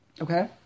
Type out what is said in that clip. Okay